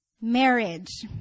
marriage